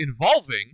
involving